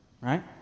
right